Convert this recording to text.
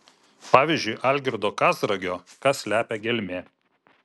pavyzdžiui algirdo kazragio ką slepia gelmė